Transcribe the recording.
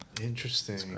interesting